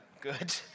Good